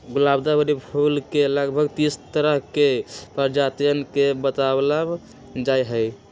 गुलदावरी फूल के लगभग तीस तरह के प्रजातियन के बतलावल जाहई